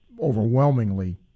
Overwhelmingly